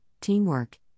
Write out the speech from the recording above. teamwork